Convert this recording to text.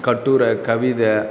கட்டுரை கவிதை